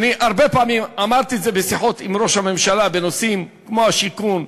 אני הרבה פעמים אמרתי את זה בשיחות עם ראש הממשלה בנושאים כמו השיכון.